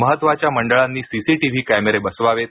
महत्त्वाच्या मंडळांनी सीसीटीव्ही कॅमेरे बसवावेत